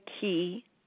Key